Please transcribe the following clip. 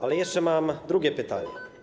Ale jeszcze mam drugie pytanie.